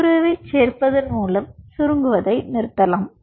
க்யூரேவைச் சேர்ப்பதன் மூலம் சுருங்குவதை நிறுத்தலாம்